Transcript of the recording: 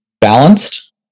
balanced